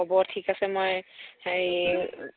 হ'ব ঠিক আছে মই হেৰি